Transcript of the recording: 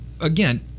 again